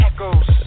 Echoes